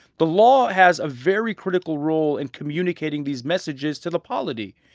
the law has a very critical role in communicating these messages to the polity.